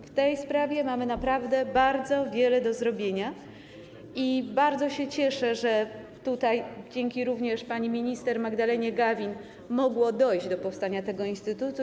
W tej sprawie mamy naprawdę bardzo wiele do zrobienia i bardzo się cieszę, że - dzięki również pani minister Magdalenie Gawin - mogło dojść do powstania tego instytutu.